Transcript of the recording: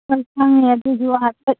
ꯍꯣꯏ ꯈꯪꯉꯦ ꯑꯗꯨꯁꯨ ꯍꯥꯏꯐꯦꯠ